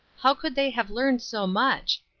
how could they have learned so much?